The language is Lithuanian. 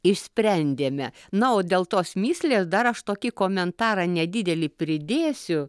išsprendėme na o dėl tos mįslės dar aš tokį komentarą nedidelį pridėsiu